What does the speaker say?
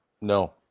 no